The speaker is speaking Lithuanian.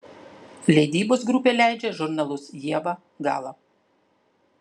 leidybos grupė leidžia žurnalus ieva gala